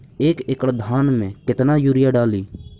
एक एकड़ धान मे कतना यूरिया डाली?